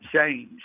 change